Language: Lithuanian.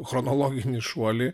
chronologinį šuolį